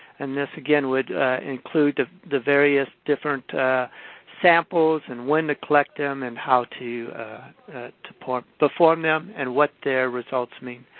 and this, again, would include the the various different samples and when to collect them and how to perform them and what their results mean.